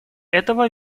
этого